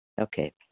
Okay